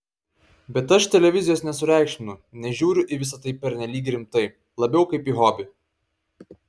bet aš televizijos nesureikšminu nežiūriu į visa tai pernelyg rimtai labiau kaip į hobį